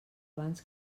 abans